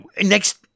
next